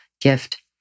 gift